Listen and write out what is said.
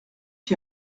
qui